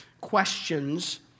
questions